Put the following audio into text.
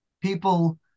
People